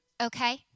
Okay